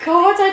God